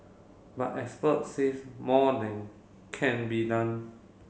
but experts says more can be done